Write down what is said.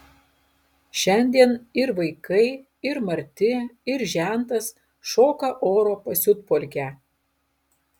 šiandien ir vaikai ir marti ir žentas šoka oro pasiutpolkę